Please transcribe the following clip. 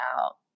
out